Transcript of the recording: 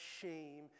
shame